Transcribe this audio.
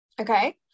Okay